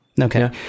Okay